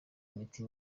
imiti